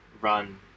run